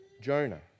jonah